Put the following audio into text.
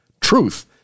Truth